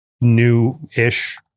new-ish